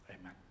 Amen